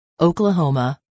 Oklahoma